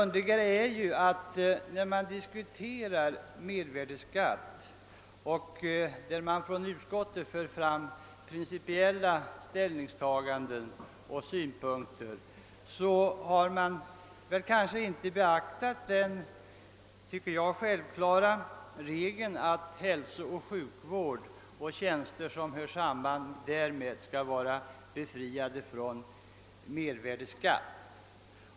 När frågan om mervärde skatt diskuteras och när utskottet gör ett principiellt ställningstagande, så har inte den självklara regeln beaktats, att hälsooch sjukvård samt tjänster som hör samman därmed bör vara fria från mervärdeskatt.